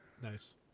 Nice